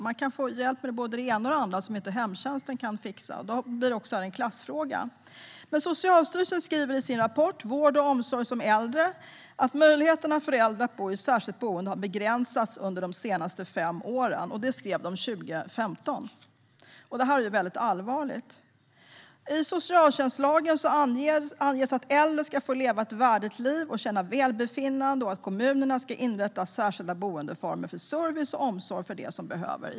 Man kan få hjälp med både det ena och andra som hemtjänsten inte kan fixa. Det blir då en klassfråga. Socialstyrelsen skriver i sin rapport Vård och omsorg om äldre att möjligheten för äldre att bo i särskilt boende har begränsats under de senaste fem åren. Detta skrev Socialstyrelsen 2015. Det är allvarligt. I socialtjänstlagen anges att äldre ska få leva ett värdigt liv och känna välbefinnande och att kommunerna ska inrätta särskilda boendeformer för service och omsorg för dem som behöver.